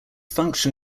function